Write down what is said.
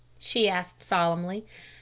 she asked solemnly.